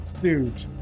Dude